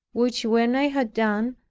which when i had done,